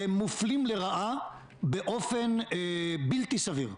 והם מופלים לרעה באופן בלתי סביר.